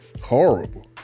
horrible